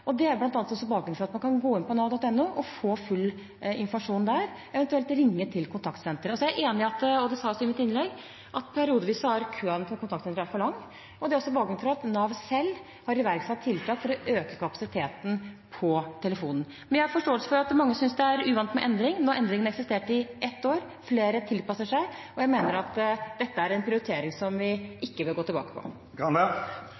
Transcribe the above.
og det er bl.a. også bakgrunnen for at man kan gå inn på nav.no og få full informasjon der, eventuelt ringe til kontaktsenteret. Så er jeg enig i – og det sa jeg også i mitt innlegg – at periodevis har køen til kontaktsenteret vært for lang, og det er også bakgrunnen for at Nav selv har iverksatt tiltak for å øke kapasiteten på telefonen. Jeg har forståelse for at mange synes det er uvant med endring. Nå har endringen eksistert i ett år. Flere tilpasser seg, og jeg mener at dette er en prioritering som vi